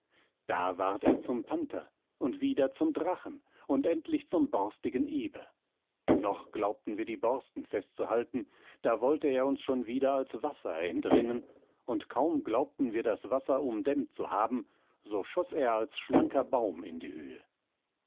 da ward er zum panther und wieder zum drachen und endlich zum borstigen eber noch glaubten wir die borsten fest zu halten da wollte er uns schon wieder als wasser entrinnen und kaum glaubten wir das wasser umdämmt zu haben so schoß er als schlanker baum in die höhe